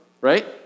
right